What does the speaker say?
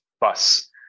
bus